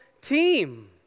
team